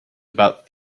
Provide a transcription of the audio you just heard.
about